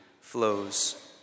flows